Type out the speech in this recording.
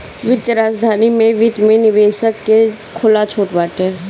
वित्तीय राजधानी में वित्त में निवेशक के खुला छुट बाटे